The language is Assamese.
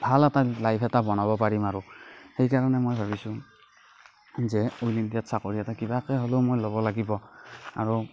ভাল এটা লাইফ এটা বনাব পাৰিম আৰু সেইকাৰণে মই ভাবিছোঁ যে অইল ইণ্ডিয়াত চাকৰি এটা কিবাকৈ হ'লেও মই ল'ব লাগিব আৰু